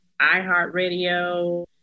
iHeartRadio